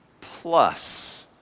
Plus